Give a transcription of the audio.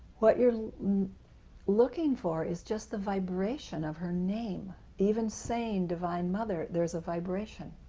what you are looking for is just the vibration of her name, even saying divine mother, there is a vibration.